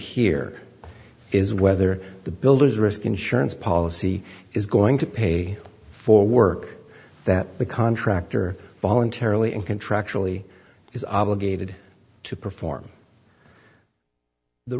here is whether the builders risk insurance policy is going to pay for work that the contractor voluntarily and contractually is obligated to perform the